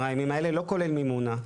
לא כולל מימונה,